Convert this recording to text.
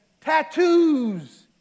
tattoos